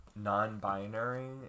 Non-binary